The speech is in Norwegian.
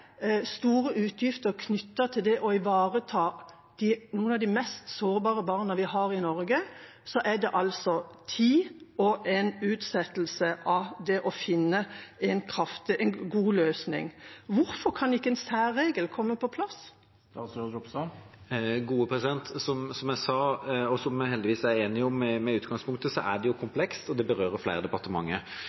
store utgifter knyttet til det å ivareta noen av de mest sårbare barna vi har i Norge, er det altså tid til en utsettelse av det å finne en god løsning. Hvorfor kan ikke en særregel komme på plass? Som jeg sa, og som vi heldigvis er enige om i utgangspunktet, er dette komplekst, og det berører flere